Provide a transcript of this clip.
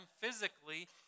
physically